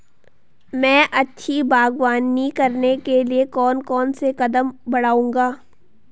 मैं अच्छी बागवानी करने के लिए कौन कौन से कदम बढ़ाऊंगा?